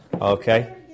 okay